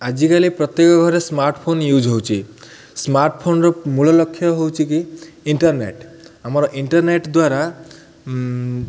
ଆଜିକାଲି ପ୍ରତ୍ୟେକ ଘରେ ସ୍ମାର୍ଟ୍ଫୋନ୍ ୟୁଜ୍ ହେଉଛି ସ୍ମାର୍ଟଫୋନ୍ର ମୂଳ ଲକ୍ଷ୍ୟ ହେଉଛି କିି ଇଣ୍ଟର୍ନେଟ୍ ଆମର ଇଣ୍ଟରର୍ନେଟ୍ ଦ୍ୱାରା